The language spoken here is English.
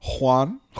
Juan